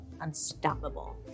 unstoppable